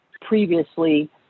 previously